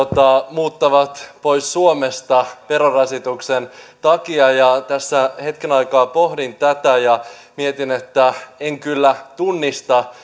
muuttavat pois suomesta verorasituksen takia tässä hetken aikaa pohdin tätä ja mietin että en kyllä tunnista